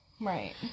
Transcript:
Right